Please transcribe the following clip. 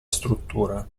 struttura